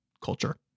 culture